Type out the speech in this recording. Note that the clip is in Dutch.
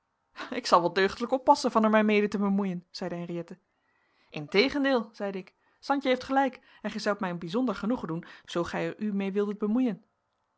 ik zal wel deugdelijk oppassen van er mij mede te bemoeien zeide henriëtte integendeel zeide ik santje heeft gelijk en gij zoudt mij een bijzonder genoegen doen zoo gij er u mede wildet bemoeien